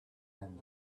and